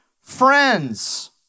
friends